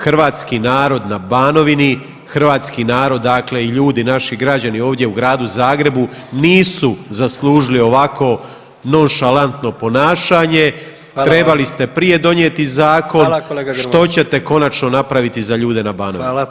Hrvatski narod na Banovini, hrvatski narod dakle i ljudi naši građani ovdje u Gradu Zagrebu nisu zaslužili ovako nonšalantno ponašanje [[Upadica: Hvala vam.]] trebali ste prije donijeti zakon [[Upadica: Hvala kolega Grmoja.]] Što ćete konačno napraviti za ljude na Banovini?